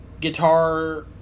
guitar